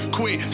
Quit